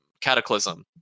Cataclysm